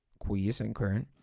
quiescent current,